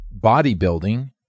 bodybuilding